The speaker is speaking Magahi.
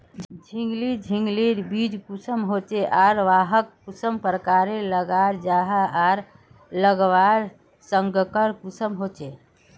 झिंगली झिंग लिर बीज कुंसम होचे आर वाहक कुंसम प्रकारेर लगा जाहा आर लगवार संगकर कुंसम होचे?